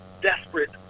desperate